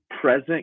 present